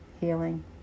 healing